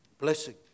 Blessing